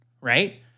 right